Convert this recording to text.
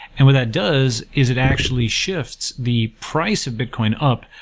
and what that does is it actually shifts the price of bitcoin up,